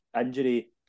injury